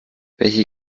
welche